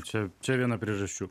čia čia viena priežasčių